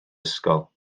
ysgol